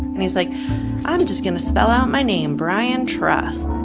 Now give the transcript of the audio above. and he's like i'm just going to spell out my name, brian truss